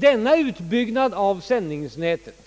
Denna utbyggnad av sändningsnätet